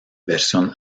versión